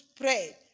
pray